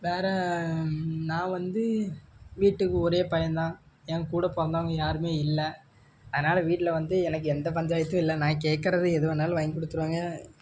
வேற நான் வந்து வீட்டுக்கு ஒரே பையன்தான் எங்கூட பிறந்தவங்க யாரும் இல்லை அதனால் வீட்டில் வந்து எனக்கு எந்த பஞ்சாயத்தும் இல்லை நான் கேக்கிறது எது வேணாலும் வாங்கி கொடுத்துருவாங்க